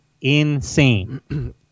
insane